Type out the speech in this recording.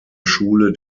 schule